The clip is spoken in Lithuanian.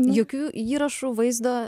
jokių įrašų vaizdo